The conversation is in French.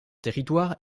territoire